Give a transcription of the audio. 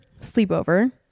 sleepover